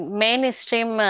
mainstream